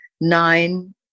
nine